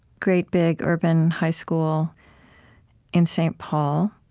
great big urban high school in st. paul.